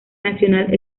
nacional